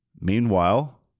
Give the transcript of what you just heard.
Meanwhile